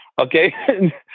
okay